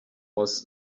was